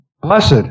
Blessed